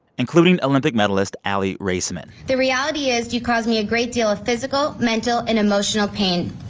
including olympic medalist aly raisman the reality is you caused me a great deal of physical, mental and emotional pain.